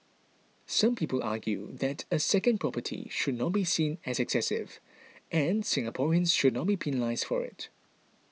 some people argue that a second property should not be seen as excessive and Singaporeans should not be penalised for it